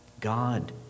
God